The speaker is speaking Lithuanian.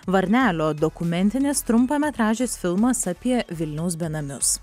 varnelio dokumentinis trumpametražis filmas apie vilniaus benamius